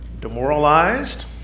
demoralized